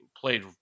played